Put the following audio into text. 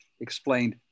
explained